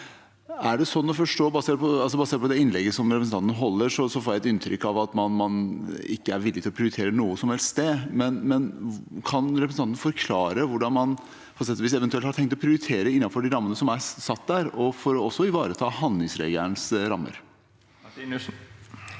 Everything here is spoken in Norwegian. Basert på det innlegget som representanten holder, får jeg et inntrykk av at man ikke er villig til å prioritere noe som helst sted. Kan representanten forklare hvordan man eventuelt har tenkt å prioritere innenfor de rammene som er satt der, for også å ivareta handlingsregelens rammer?